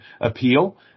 appeal